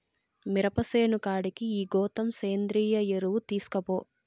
మిరప సేను కాడికి ఈ గోతం సేంద్రియ ఎరువు తీస్కపో